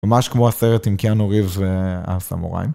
ממש כמו הסרט עם קיאנו ריבס והסמוראיים.